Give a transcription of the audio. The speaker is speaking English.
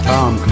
Tom